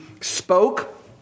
spoke